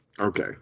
Okay